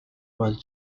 was